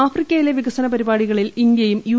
ആഫ്രിക്കയിലെ വികസന പരിപാടികളിൽ ഇന്ത്യയും യു